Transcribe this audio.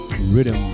rhythm